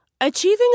Achieving